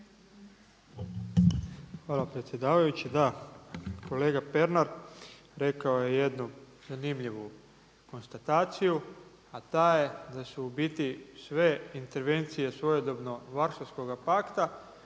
Hvala predsjedavajući. Da, kolega Pernar rekao je jednu zanimljivu konstataciju, a ta je da su u biti sve intervencije svojedobno Varšavskoga pakta